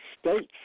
states